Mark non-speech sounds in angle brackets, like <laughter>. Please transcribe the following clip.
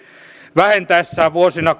vähentäessään vuosina <unintelligible>